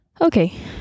Okay